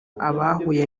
abahuye